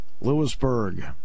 Lewisburg